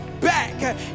back